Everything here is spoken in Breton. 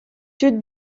tud